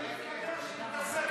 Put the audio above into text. מתנשאת?